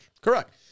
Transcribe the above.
Correct